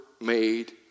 made